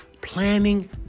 planning